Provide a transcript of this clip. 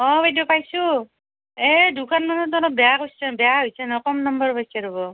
অ বাইদেউ পাইছোঁ এই দুখন মানত অলপ বেয়া কৰিছে বেয়া হৈছে নহয় কম নম্বৰ পাইছে ৰ'ব